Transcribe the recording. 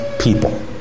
people